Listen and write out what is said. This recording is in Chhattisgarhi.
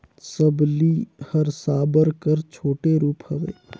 सबली हर साबर कर छोटे रूप हवे